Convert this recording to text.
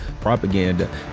propaganda